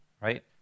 right